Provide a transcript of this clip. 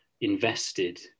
invested